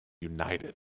united